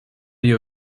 you